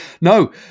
No